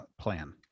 plan